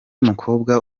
mukobwa